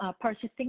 purchasing